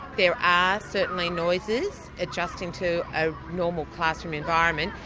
there are certainly noises, adjusting to a normal classroom environment,